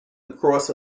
across